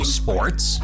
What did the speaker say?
sports